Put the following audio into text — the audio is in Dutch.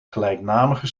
gelijknamige